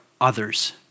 others